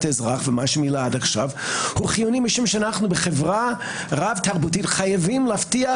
אזרח הוא חיוני משום שאנחנו בחברה רב-תרבותית חייבים להבטיח